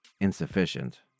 insufficient